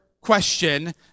question